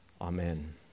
Amen